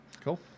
cool